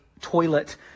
toilet